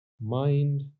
mind